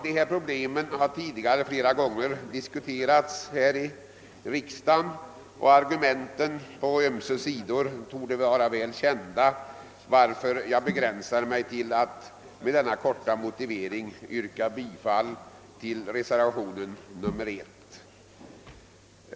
Detta problem har tidigare flera gånger diskuterats här i riksdagen, och argumenten å ömse sidor torde vara väl kända, varför jag begränsar mig till att med denna korta motivering yrka bifall till reservationen 1.